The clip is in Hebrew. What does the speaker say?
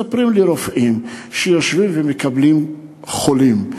מספרים לי רופאים שיושבים ומקבלים חולים,